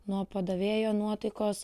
nuo padavėjo nuotaikos